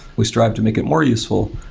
we strive to make it more useful,